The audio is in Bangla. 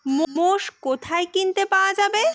মোষ কোথায় কিনে পাওয়া যাবে?